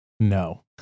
No